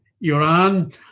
Iran